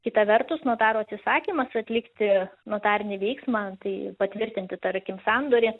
kita vertus notaro atsisakymas atlikti notarinį veiksmą tai patvirtinti tarkim sandorį